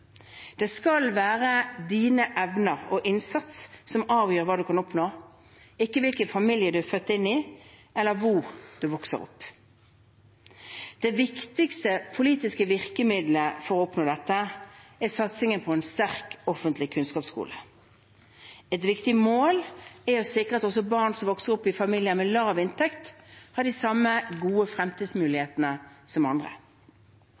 Det skal være dine evner og din innsats som avgjør hva du kan oppnå, ikke hvilken familie du er født inn i, eller hvor du vokser opp. Det viktigste politiske virkemiddelet for å oppnå dette er satsingen på en sterk, offentlig kunnskapsskole. Et viktig mål er å sikre at også barn som vokser opp i familier med lav inntekt, har de samme gode fremtidsmulighetene som andre.